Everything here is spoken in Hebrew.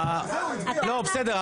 לא, בסדר.